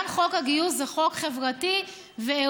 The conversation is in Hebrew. גם חוק הגיוס זה חוק חברתי וערכי.